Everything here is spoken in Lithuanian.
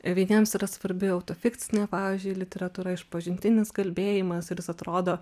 vieniems yra svarbi autofikcinė pavyzdžiui literatūra išpažintinis kalbėjimas ir jis atrodo